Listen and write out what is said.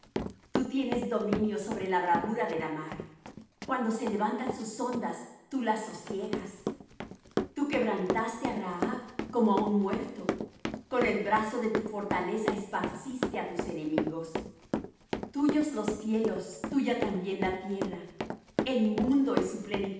tú tienes dominio sobre la bravura de la mar cuando se levantan sus ondas tú las sosiegas tú quebrantaste á rahab como á un muerto con el brazo de tu fortaleza esparciste á tus enemigos tuyos los cielos tuya también la tierra el mundo y su plenitud